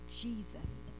Jesus